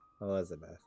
Elizabeth